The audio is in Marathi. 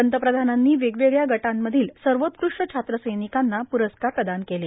पंतप्रधानांनी वेगवेगळ्या गटामधील सर्वात्कृष्ट छात्र र्सैनिकांना पुरस्कार प्रदान केले